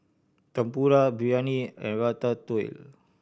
Tempura Biryani and Ratatouille